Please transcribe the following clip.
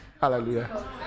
Hallelujah